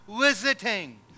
visiting